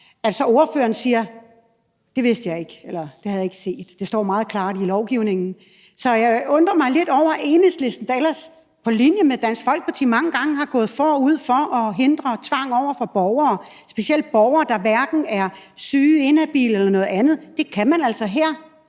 – så siger, at det vidste jeg ikke, eller at det havde jeg ikke set. Det står meget klart i lovgivningen. Så jeg undrer mig lidt over Enhedslisten, der ellers på linje med Dansk Folkeparti mange gange er gået forrest for at hindre tvang over for borgere, specielt borgere, der hverken er syge, inhabile eller noget andet. Det kan man altså her